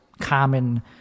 common